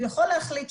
הוא יכול להחליט,